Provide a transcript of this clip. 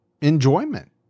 enjoyment